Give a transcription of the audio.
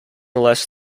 less